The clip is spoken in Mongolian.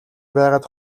байгаад